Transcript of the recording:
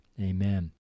Amen